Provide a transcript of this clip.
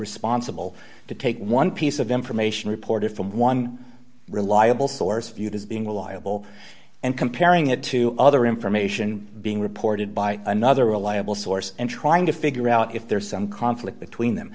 responsible to take one piece of information reported from one reliable source viewed as being reliable and comparing it to other information being reported by another reliable source and trying to figure out if there is some conflict between them